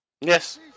Yes